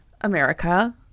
America